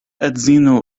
edzino